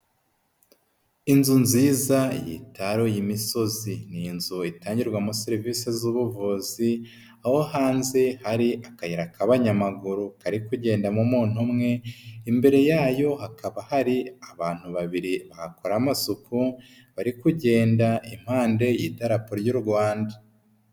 Inzu nziza yitaruye imisozi. Ni inzu itangirwamo serivisi z'ubuvuzi, aho hanze hari akayira k'abanyamaguru kari kugendamo umuntu umwe, imbere yayo hakaba hari abantu babiri bahakora amasuku, bari kugenda impande y'Idarapo ry'u Rwanda.